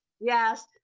Yes